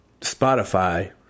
Spotify